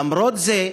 למרות זה,